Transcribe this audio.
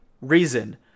reason